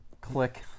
Click